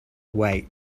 weight